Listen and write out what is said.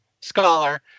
scholar